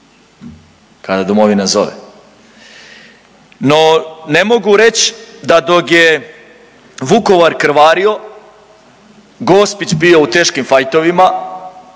kada Domovina zove. No, ne mogu reći dok je Vukovar krvario, Gospić bio u teškim fajtovima.